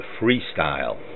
Freestyle